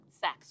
sex